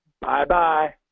Bye-bye